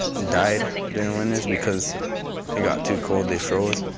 died during winters, because they got too cold, they froze.